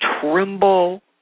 tremble